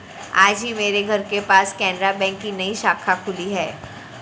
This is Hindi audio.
आज ही मेरे घर के पास केनरा बैंक की नई शाखा खुली है